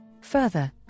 Further